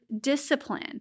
discipline